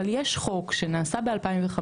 אבל יש חוק שנעשה ב-2015.